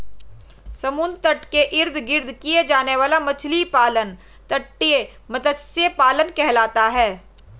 समुद्र तट के इर्द गिर्द किया जाने वाला मछली पालन तटीय मत्स्य पालन कहलाता है